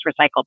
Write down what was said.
recycled